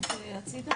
לעובדים זרים